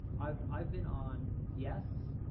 i've i've been on yes,